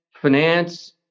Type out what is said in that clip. finance